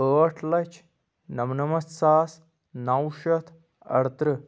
ٲٹھ لَچھ نمنَمَتھ ساس نَو شیٚتھ ارترٕٛہ